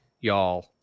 y'all